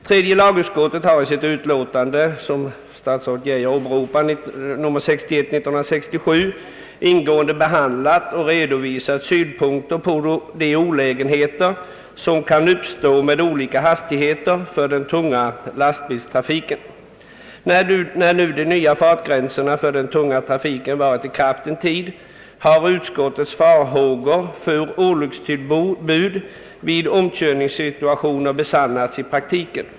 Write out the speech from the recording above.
Tredje lagutskottet har i sitt utlåtande nr 61 år 1967, som statsrådet Geijer åberopade, ingående behandlat och redovisat synpunkter på de olägenheter som kan uppstå med olika hastigheter för den tunga lastbilstrafiken. När nu de nya fartgränserna för den tunga trafiken varit i kraft en tid har utskottets farhågor för olyckstillbud vid omkörningar besannats i praktiken.